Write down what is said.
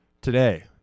Today